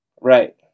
Right